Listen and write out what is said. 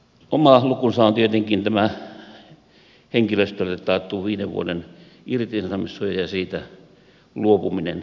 oma lukunsa on tietenkin tämä henkilöstölle taattu viiden vuoden irtisanomissuoja ja siitä luopuminen